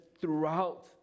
throughout